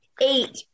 eight